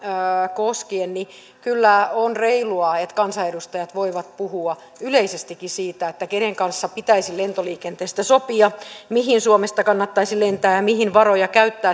koskien tässä kyllä on reilua että kansanedustajat voivat puhua yleisestikin siitä kenen kanssa pitäisi lentoliikenteestä sopia mihin suomesta kannattaisi lentää ja mihin varoja käyttää